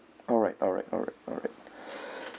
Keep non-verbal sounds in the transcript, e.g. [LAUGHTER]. alright alright alright alright [BREATH]